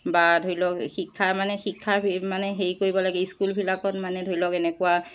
বা ধৰি লওক শিক্ষা মানে শিক্ষা মানে হেৰি কৰিব লাগে স্কুলবিলাকত মানে ধৰি লওক এনেকুৱা